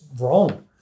wrong